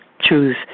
choose